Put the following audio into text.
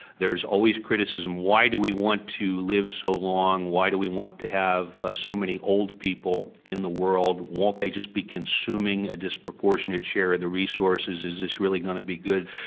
there is always criticism. why do we want to live so long, why do we want to have ah so many old people in the world, won't they just be consuming a disproportionate share of the resources, is this really going to be good?